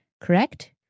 Correct